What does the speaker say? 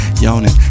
yawning